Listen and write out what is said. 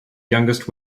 youngest